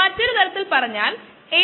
അതുപോലെ ഉള്ളവ